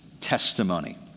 testimony